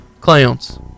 Clowns